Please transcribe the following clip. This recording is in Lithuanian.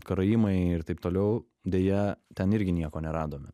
karaimai ir taip toliau deja ten irgi nieko neradome